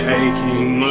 aching